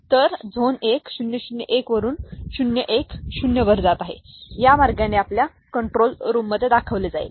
तर झोन 1 0 0 1 वरून ते 0 1 0 वर जात आहे हे त्या मार्गाने आपल्या कंट्रोल रूममध्ये दाखवले जाईल